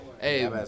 Hey